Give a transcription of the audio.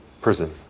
prison